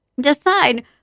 Decide